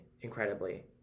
incredibly